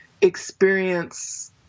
experience